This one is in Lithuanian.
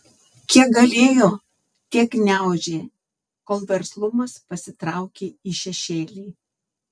kiek galėjo tiek gniaužė kol verslumas pasitraukė į šešėlį